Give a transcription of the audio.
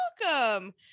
welcome